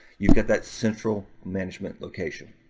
you get that central management location.